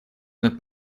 над